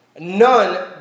None